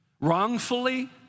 wrongfully